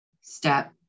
step